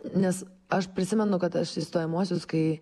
nes aš prisimenu kad aš į stojamuosius kai